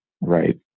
Right